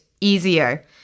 easier